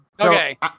Okay